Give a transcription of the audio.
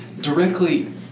directly